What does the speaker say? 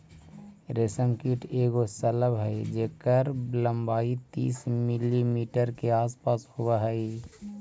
रेशम कीट एगो शलभ हई जेकर लंबाई तीस मिलीमीटर के आसपास होब हई